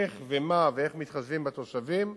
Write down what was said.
איך ומה, ואיך ומתחשבים בתושבים?